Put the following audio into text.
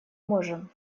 можем